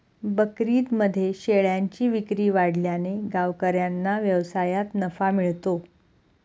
बकरीदमध्ये शेळ्यांची विक्री वाढल्याने गावकऱ्यांना व्यवसायात नफा मिळतो